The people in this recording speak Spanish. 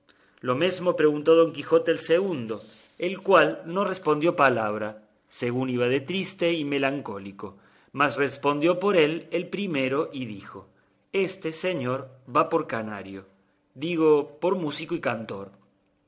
lo mesmo preguntó don quijote al segundo el cual no respondió palabra según iba de triste y malencónico mas respondió por él el primero y dijo éste señor va por canario digo por músico y cantor